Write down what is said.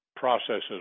processes